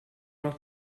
noch